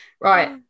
right